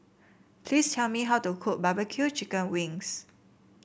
please tell me how to cook barbecue Chicken Wings